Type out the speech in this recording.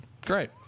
Great